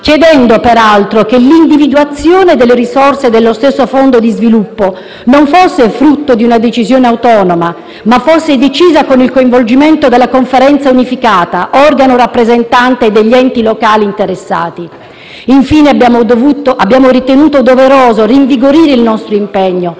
chiedendo, peraltro, che l'individuazione delle risorse dello stesso Fondo di sviluppo non fosse frutto di una decisione autonoma, ma decisa con il coinvolgimento della Conferenza unificata, organo rappresentante degli enti locali interessati. Infine, abbiamo ritenuto doveroso rinvigorire il nostro impegno